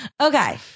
okay